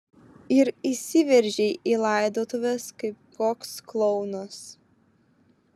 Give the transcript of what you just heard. ir įsiveržei į laidotuves kaip koks klounas